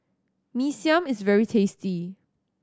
Mee Siam is very tasty